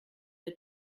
der